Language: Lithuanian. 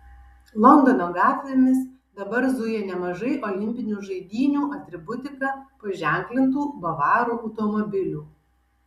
londono gatvėmis dabar zuja nemažai olimpinių žaidynių atributika paženklintų bavarų automobilių